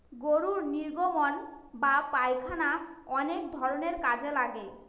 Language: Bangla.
গরুর নির্গমন বা পায়খানা অনেক ধরনের কাজে লাগে